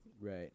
Right